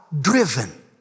driven